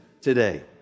today